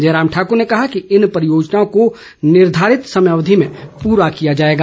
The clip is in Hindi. जयराम ठाकुर ने कहा कि इन परियोजनाओं को निर्धारित समय अवधि में पूरा किया जाएगा